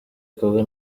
kumwe